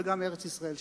וגם ארץ-ישראל,